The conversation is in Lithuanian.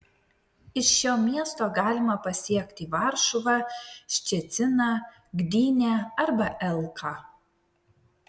iš šio miesto galima pasiekti varšuvą ščeciną gdynę arba elką